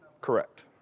Correct